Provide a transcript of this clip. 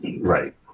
Right